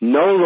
no